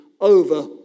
over